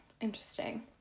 interesting